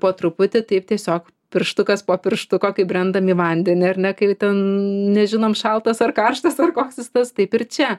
po truputį taip tiesiog pirštukas po pirštuko kaip brendam į vandenį ar ne kai ten nežinom šaltas ar karštas ar koks jis tas taip ir čia